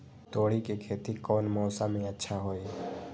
तोड़ी के खेती कौन मौसम में अच्छा होई?